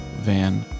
Van